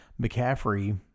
McCaffrey